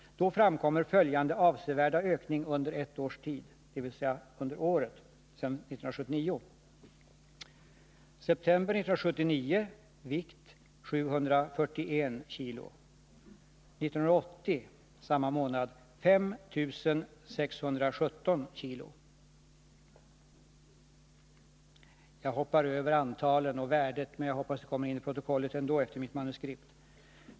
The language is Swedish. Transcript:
Då framkommer följande avsevärda ökning under ett års tid, dvs. sedan 1979. Jag skulle också kunna ange antal och värde, som jag också har uppgifter om.